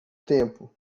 tempo